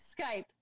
Skype